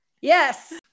yes